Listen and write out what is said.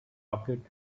rocket